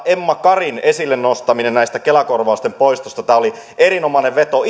emma karin esille nostaminen näiden kela korvausten poistosta oli erinomainen veto